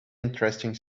interesting